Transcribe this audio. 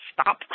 stop